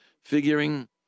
figuring